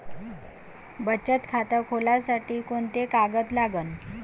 बचत खात खोलासाठी कोंते कागद लागन?